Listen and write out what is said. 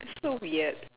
so weird